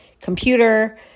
computer